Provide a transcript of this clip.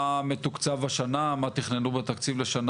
גברת סגל, מה מתוקצב השנה ומה תכננתם בתקציב לשנים